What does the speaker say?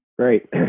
Great